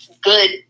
good